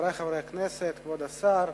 חברי חברי הכנסת, כבוד השר,